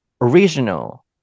original